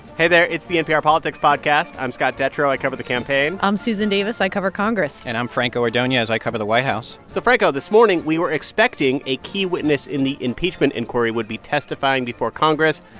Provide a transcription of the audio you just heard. hey there. it's the npr politics podcast. i'm scott detrow. i cover the campaign i'm susan davis. i cover congress and i'm franco ordonez. i cover the white house so, franco, this morning, we were expecting a key witness in the impeachment inquiry would be testifying before congress,